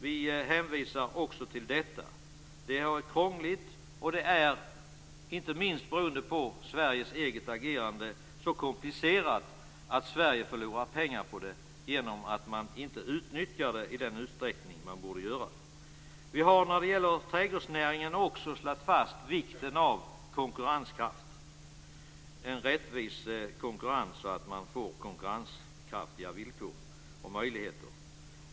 Vi hänvisar också till detta. Regelverket kring miljöstöden är, inte minst beroende på Sveriges eget agerande, så komplicerat att Sverige förlorar pengar på det genom att man inte utnyttjar det i den utsträckning som man borde. När det gäller trädgårdsnäringen har vi i en reservation slagit fast vikten av konkurrenskraft, att man får en rättvis konkurrens och därmed konkurrenskraftiga villkor och möjligheter.